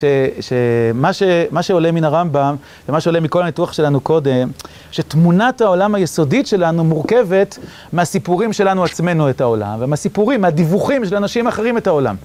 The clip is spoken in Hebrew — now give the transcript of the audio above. שמה שעולה מן הרמב״ם, ומה שעולה מכל הניתוח שלנו קודם, שתמונת העולם היסודית שלנו מורכבת מהסיפורים שלנו עצמנו את העולם, ומהסיפורים, מהדיווחים של אנשים אחרים את העולם.